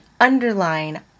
underline